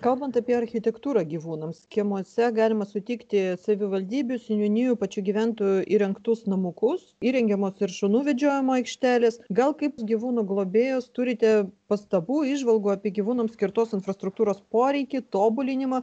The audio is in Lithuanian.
kalbant apie architektūrą gyvūnams kiemuose galima sutikti savivaldybių seniūnijų pačių gyventojų įrengtus namukus įrengiamos ir šunų vedžiojimo aikštelės gal kaip gyvūnų globėjos turite pastabų įžvalgų apie gyvūnams skirtos infrastruktūros poreikį tobulinimą